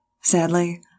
Sadly